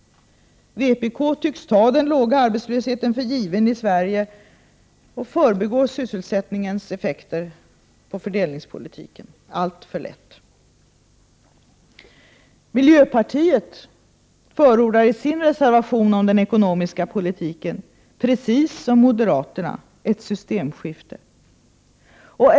Vpk tycks ta den låga arbetslösheten för given i Sverige och förbigår sysselsättningens effekter på fördelningspolitiken alltför lätt. Miljöpartiet förordar i sin reservation om den ekonomiska politiken, precis som moderaterna, ett systemskifte.